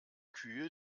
kühe